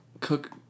cook